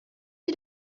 you